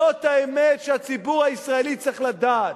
זאת האמת שהציבור הישראלי צריך לדעת.